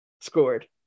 scored